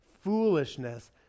foolishness